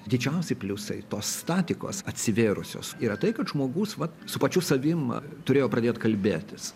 didžiausi pliusai tos statikos atsivėrusios yra tai kad žmogus vat su pačiu savim turėjo pradėt kalbėtis